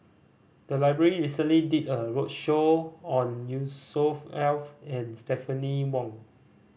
the library recently did a roadshow on Yusnor Ef and Stephanie Wong